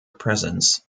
presence